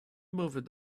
moved